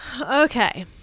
okay